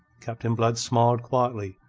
captain blood smiled quietly,